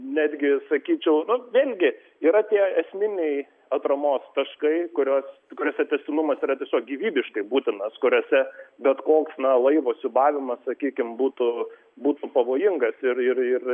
netgi sakyčiau vėlgi yra tie esminiai atramos taškai kuriuos kuriuose tęstinumas yra tiesiog gyvybiškai būtinas kuriose bet koks na laivo siūbavimas sakykim būtų būtų pavojingas ir ir ir